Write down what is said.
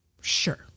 sure